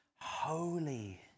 Holy